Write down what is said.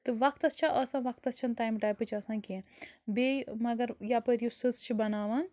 تہٕ وقتس چھِ آسان وقتس چھِنہٕ تمہِ ٹایپٕچ آسان کیٚنٛہہ بیٚیہِ مگر یپٲرۍ یُس سٕژ چھُ بَناوان